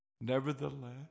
Nevertheless